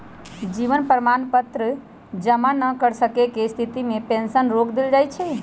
जीवन प्रमाण पत्र जमा न कर सक्केँ के स्थिति में पेंशन रोक देल जाइ छइ